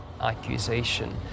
accusation